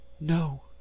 No